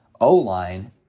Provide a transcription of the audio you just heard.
O-line